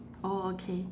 oh okay